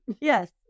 Yes